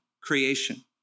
creation